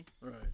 Right